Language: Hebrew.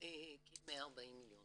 כ-140 מיליון שקל.